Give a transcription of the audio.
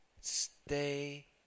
stay